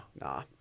nah